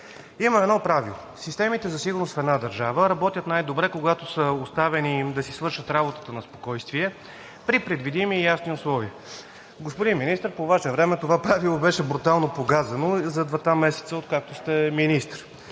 Има едно правило. Системите за сигурност в една държава работят най-добре, когато са оставени да си свършат работата на спокойствие при предвидими и ясни условия. Господин Министър, по Ваше време това правило беше брутално погазено за двата месеца, откакто сте министър.